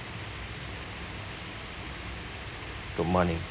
good morning